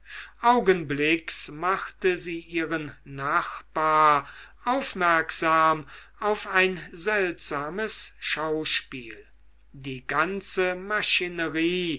augenblicks machte sie ihren nachbar aufmerksam auf ein seltsames schauspiel die ganze maschinerie